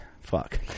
fuck